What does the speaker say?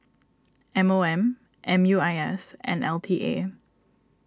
M O M M U I S and L T A